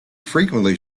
frequently